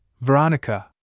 Veronica